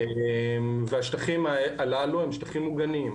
השטחים הללו הם שטחים מוגנים,